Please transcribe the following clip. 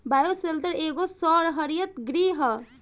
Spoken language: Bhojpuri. बायोशेल्टर एगो सौर हरित गृह ह